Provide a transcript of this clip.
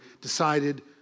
decided